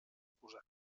oposat